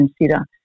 consider